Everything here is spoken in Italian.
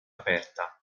aperta